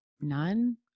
none